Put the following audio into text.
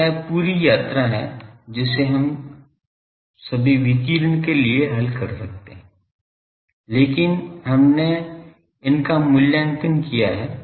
तो यह पूरी यात्रा है जिसे हम सभी विकिरण के लिए हल कर सकते हैं लेकिन हमने इनका मूल्यांकन नहीं किया है